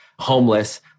Homeless